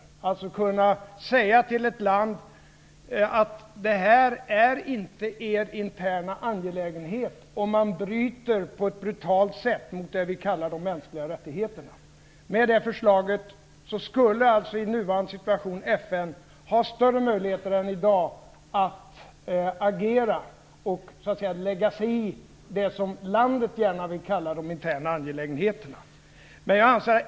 FN skall kunna säga till ett land: Detta är inte er interna angelägenhet; om man på ett brutalt sätt bryter mot de mänskliga rättigheterna. Med det förslaget skulle i nuvarande situation FN ha större möjligheter än i dag att agera och lägga sig i det som landet gärna vill kalla interna angelägenheter.